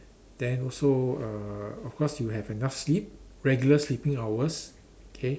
then also uh of course you have enough sleep regular sleeping hours okay